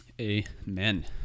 Amen